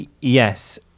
yes